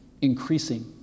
Increasing